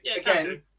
again